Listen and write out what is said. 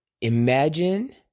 Imagine